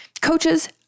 coaches